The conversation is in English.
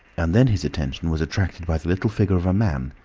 and then his attention was attracted by the little figure of a man,